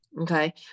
okay